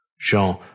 Jean